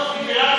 חברים,